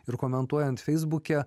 ir komentuojant feisbuke